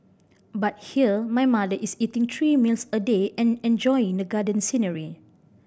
but here my mother is eating three meals a day and enjoying the garden scenery